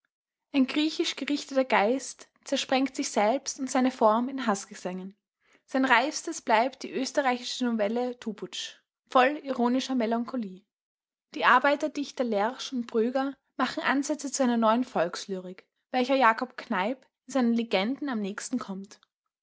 ein griechisch gerichteter geist zersprengt sich selbst und seine form in haßgesängen sein reifstes bleibt die österreichische novelle tubutsch voll ironischer melancholie die arbeiter dichter leer und bröger machen ansätze zu einer neuen volkslyrik der jakob kneip in seinen legenden am nächsten kommt